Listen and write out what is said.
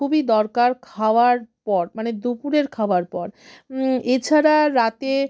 খুবই দরকার খাওয়ার পর মানে দুপুরের খাওয়ার পর এছাড়া রাতে